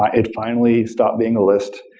ah it finally stopped being a list,